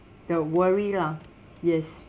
the worry lah yes